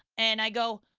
and i go,